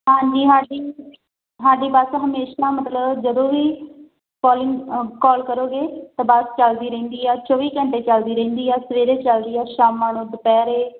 ਹਾਂਜੀ ਹਾਂਜੀ ਹਾਡੀ ਬੱਸ ਹਮੇਸ਼ਾ ਮਤਲਬ ਜਦੋਂ ਵੀ ਕੋਲਿੰਗ ਕੋਲ ਕਰੋਗੇ ਤਾਂ ਬਸ ਚਲਦੀ ਰਹਿੰਦੀ ਆ ਚੌਵੀ ਘੰਟੇ ਚਲਦੀ ਰਹਿੰਦੀ ਆ ਸਵੇਰੇ ਚੱਲਦੀ ਆ ਸ਼ਾਮਾਂ ਨੂੰ ਦੁਪਹਿਰੇ